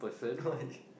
you know what I did